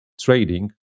trading